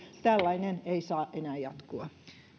tällainen ei saa enää jatkua